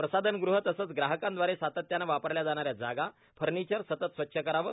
प्रसाधनगृह तसंच ग्राहकांदवारे सातत्यानं वापरल्या जाणाऱ्या जागा फर्नीचर सतत स्वच्छ करावं